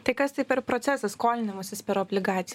tai kas tai per procesas skolinimasis per obligac